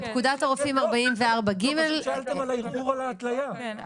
פקודת הרופאים, 44ג. כן,